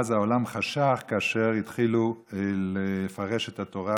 ואז העולם חשך כאשר התחילו לפרש את התורה